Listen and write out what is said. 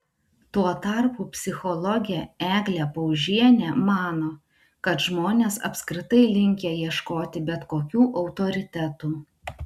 tuo tarpu psichologė eglė paužienė mano kad žmonės apskritai linkę ieškoti bet kokių autoritetų